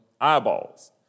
eyeballs